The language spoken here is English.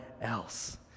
else